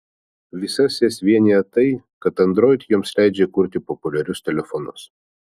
visas jas vienija tai kad android joms leidžia kurti populiarius telefonus